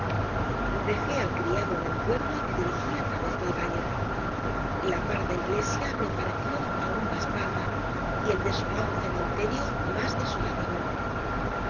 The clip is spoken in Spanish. dejé al criado en el pueblo y me dirigí a través del valle la parda iglesia me pareció aún más parda y el desolado cementerio más desolado aún